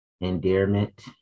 endearment